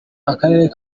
akarere